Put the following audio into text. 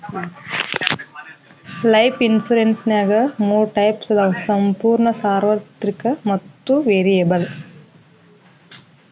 life ಇನ್ಸುರೆನ್ಸ್ನ್ಯಾಗ ಮೂರ types ಅದಾವ ಸಂಪೂರ್ಣ ಸಾರ್ವತ್ರಿಕ ಮತ್ತ ವೇರಿಯಬಲ್